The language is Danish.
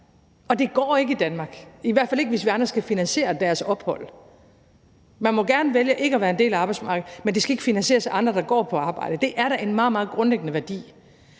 og det går ikke i Danmark – i hvert fald ikke, hvis vi andre skal finansiere deres ophold. Man må gerne vælge ikke at være en del af arbejdsmarkedet, men det skal ikke finansieres af andre, der går på arbejde. Det er da en meget, meget grundlæggende værdi.